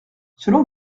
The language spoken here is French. selon